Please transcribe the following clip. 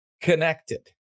connected